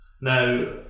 Now